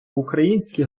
український